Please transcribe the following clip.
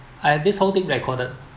I have this whole thing recorded